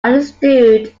understood